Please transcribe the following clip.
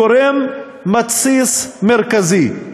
גורם מתסיס מרכזי.